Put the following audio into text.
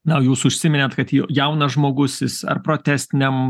na jūs užsiminėt kad jaunas žmogus jis ar protestiniam